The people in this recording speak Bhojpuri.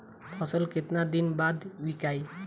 फसल केतना दिन बाद विकाई?